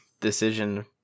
decision